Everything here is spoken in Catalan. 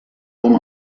com